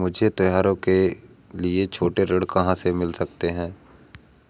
मुझे त्योहारों के लिए छोटे ऋण कहाँ से मिल सकते हैं?